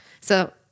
So-